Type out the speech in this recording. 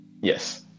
Yes